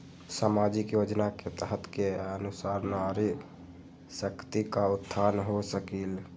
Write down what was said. सामाजिक योजना के तहत के अनुशार नारी शकति का उत्थान हो सकील?